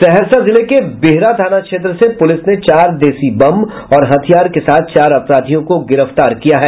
सहरसा जिले के बिहरा थाना क्षेत्र से पुलिस ने चार देशी बम और हथियार के साथ चार अपराधियों को गिरफ्तार किया है